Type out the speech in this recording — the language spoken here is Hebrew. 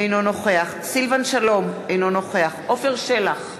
אינו נוכח סילבן שלום, אינו נוכח עפר שלח,